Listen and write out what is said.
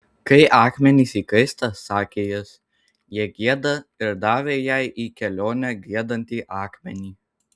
kai akmenys įkaista sakė jis jie gieda ir davė jai į kelionę giedantį akmenį